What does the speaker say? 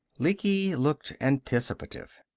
lecky looked anticipative.